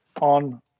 on